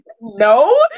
No